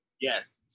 Yes